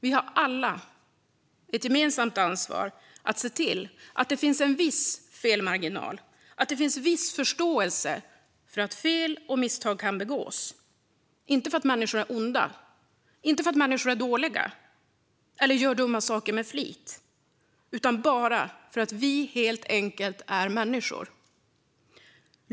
Vi har alla ett gemensamt ansvar att se till att det finns en viss felmarginal och att det finns viss förståelse för att fel och misstag kan begås - inte för att människor är onda eller dåliga eller gör dumma saker med flit utan bara för att vi helt enkelt är människor.